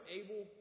able